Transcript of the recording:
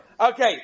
Okay